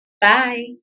Bye